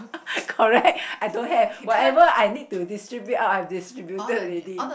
correct I don't have whatever I need to distribute out I distributed already